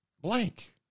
blank